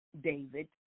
David